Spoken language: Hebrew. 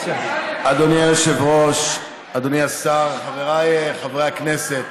אדוני היושב-ראש, אדוני השר, חבריי חברי הכנסת,